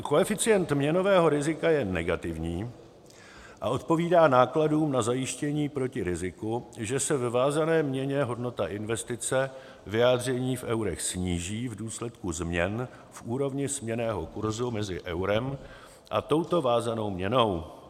Koeficient měnového rizika je negativní a odpovídá nákladům na zajištění proti riziku, že se ve vázané měně hodnota investice, vyjádření v eurech, sníží v důsledku změn v úrovni směnného kurzu mezi eurem a touto vázanou měnou.